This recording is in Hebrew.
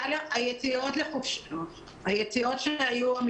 היציאות שהיו,